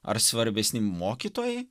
ar svarbesni mokytojai